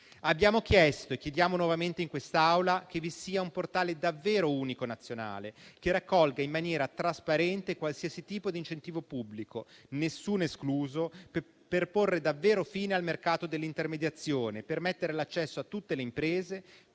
Abbiamo chiesto e chiediamo nuovamente in quest'Aula che vi sia un portale davvero unico nazionale, che raccolga in maniera trasparente qualsiasi tipo di incentivo pubblico, nessuno escluso, per porre davvero fine al mercato dell'intermediazione e permettere l'accesso a tutte le imprese,